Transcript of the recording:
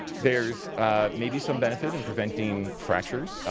there's maybe some benefit in preventing fractures,